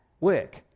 work